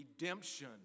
redemption